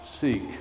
seek